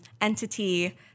entity